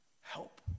help